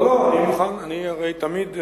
לא, לא, אני הרי תמיד,